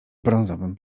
brązowym